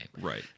Right